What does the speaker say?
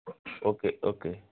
okay okay